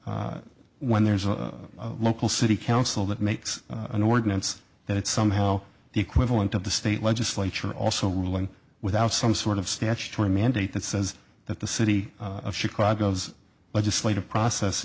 that when there's a local city council that makes an ordinance that it's somehow the equivalent of the state legislature also ruling without some sort of statutory mandate that says that the city of chicago's legislative process